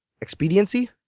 Expediency